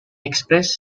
expressed